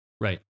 Right